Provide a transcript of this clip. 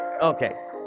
Okay